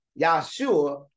Yahshua